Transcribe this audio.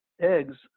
eggs